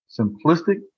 simplistic